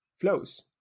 flows